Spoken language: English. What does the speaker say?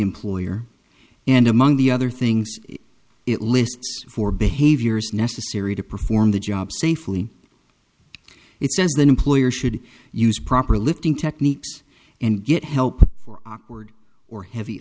employer and among the other things it lists for behaviors necessary to perform the job safely it says that employers should use proper lifting techniques and get help for awkward or heavy